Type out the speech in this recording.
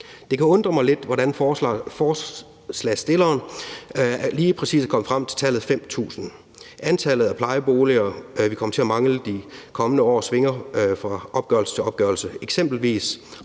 Det kan undre mig lidt, hvordan forslagsstilleren lige præcis er kommet frem til tallet 5.000. Antallet af plejeboliger, vi kommer til at mangle de kommende år, svinger fra opgørelse til opgørelse. Eksempelvis